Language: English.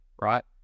Right